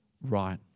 right